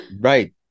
right